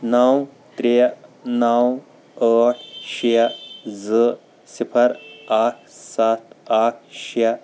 نَو ترٛےٚ نَو ٲٹھ شےٚ زٕ صِفر اَکھ سَتھ اَکھ شےٚ